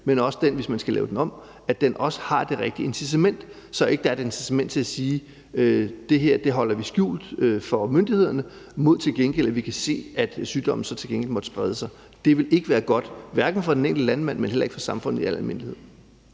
vil være der, hvis man skal lave den om, også har det rigtige incitament, så der ikke er et incitament til at sige, at det her holder vi skjult for myndighederne, mod at sygdomme så til gengæld måtte sprede sig. Det ville ikke være godt, hverken for den enkelte landmand eller for samfundet i al almindelighed.